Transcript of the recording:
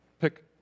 Pick